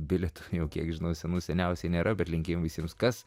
bilietų jau kiek žinau senų seniausiai nėra bet linkėjimai jums kas